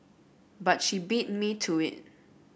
but she beat me to it